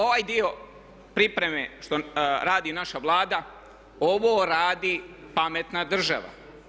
Ovaj dio pripreme što radi naša Vlada, ovo radi pametna država.